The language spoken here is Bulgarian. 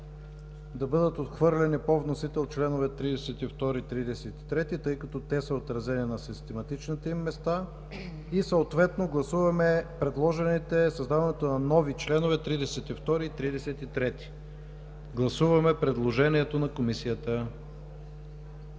да бъдат отхвърлени по вносител членове 32 и 33, тъй като са отразени на систематичните им места и съответно гласуваме предложените нови членове 32 и 33. Гласуваме предложението на Комисията.